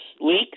leaks